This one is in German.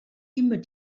immer